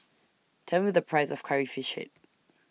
Tell Me The Price of Curry Fish Head